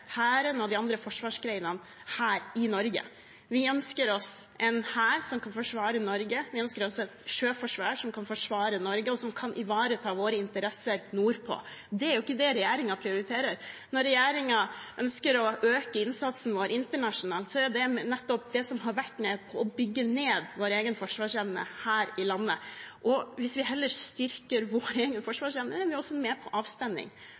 Hæren og de andre forsvarsgreinene her i Norge. Vi ønsker oss en hær som kan forsvare Norge, og vi ønsker oss et sjøforsvar som kan forsvare Norge, og som kan ivareta våre interesser nordpå. Det er ikke det regjeringen prioriterer. Når regjeringen ønsker å øke innsatsen vår internasjonalt, har nettopp det vært med på å bygge ned vår egen forsvarsevne her i landet. Hvis vi heller styrker vår egen forsvarsevne, er vi også med på